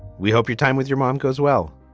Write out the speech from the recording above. we hope your time with your mom goes well